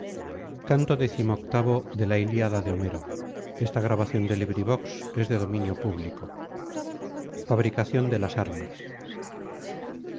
fabricación de las armas